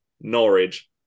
Norwich